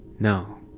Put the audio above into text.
no.